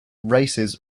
races